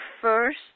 first